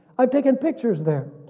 i've taken pictures there